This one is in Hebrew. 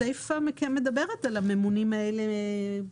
הסיפה מדברת על הממונים האלה.